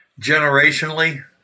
Generationally